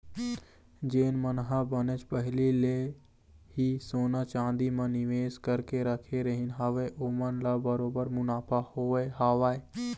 जेन मन ह बनेच पहिली ले ही सोना चांदी म निवेस करके रखे रहिन हवय ओमन ल बरोबर मुनाफा होय हवय